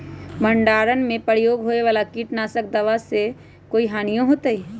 भंडारण में प्रयोग होए वाला किट नाशक दवा से कोई हानियों होतै?